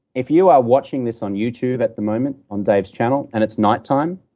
if you are watching this on youtube at the moment on dave's channel and it's nighttime,